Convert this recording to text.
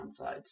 downsides